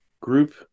group